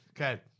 Okay